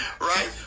right